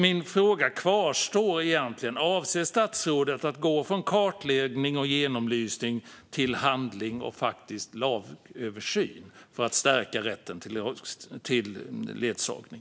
Min fråga kvarstår: Avser statsrådet att gå från kartläggning och genomlysning till handling och lagöversyn för att stärka rätten till ledsagning?